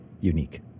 unique